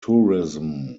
tourism